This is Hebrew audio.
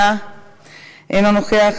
אינו נוכח,